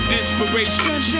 Inspiration